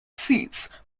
seats